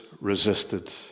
resisted